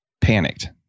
panicked